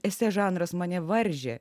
esė žanras mane varžė